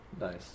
Nice